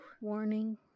Warning